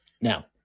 Now